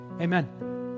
Amen